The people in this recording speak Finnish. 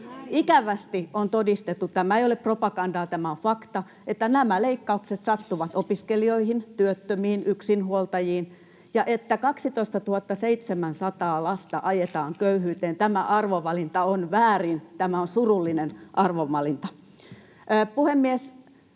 Ikävästi on todistettu — tämä ei ole propagandaa, tämä on fakta — että nämä leikkaukset sattuvat opiskelijoihin, työttömiin ja yksinhuoltajiin ja että 12 700 lasta ajetaan köyhyyteen. Tämä arvovalinta on väärin. Tämä on surullinen arvovalinta.